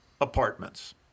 apartments